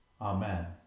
Amen